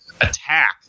attack